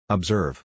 Observe